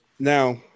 Now